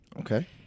Okay